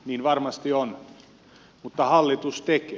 niin varmasti on mutta hallitus tekee